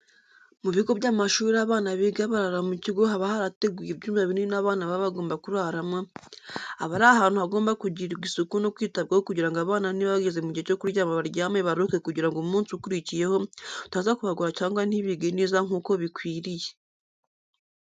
Mu bigo by'amashuri abana biga barara mu kigo haba harateguwe ibyumba binini abana baba bagomba kuraramo, aba ari ahantu hagomba kugirirwa isuku no kwitabwaho kugira ngo abana niba bageze mu gihe cyo kuryama baryame baruhuke kugira ngo umunsi ukurikiyeho utaza kubagora cyangwa ntibige neza nk'uko bikwiriye.